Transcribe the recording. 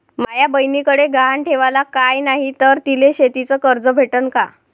माया बयनीकडे गहान ठेवाला काय नाही तर तिले शेतीच कर्ज भेटन का?